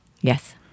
Yes